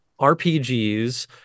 RPGs